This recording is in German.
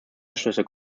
beschlüsse